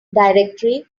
directory